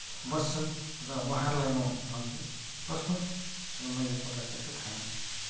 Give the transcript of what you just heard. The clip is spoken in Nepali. बस्छन् र उहाँहरूलाई म भन्छु बस्नुहोस् र मैले पकाएको यसो खाना